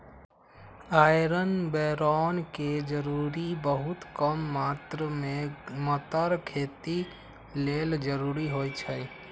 iron boron के जरूरी बहुत कम मात्र में मतर खेती लेल जरूरी होइ छइ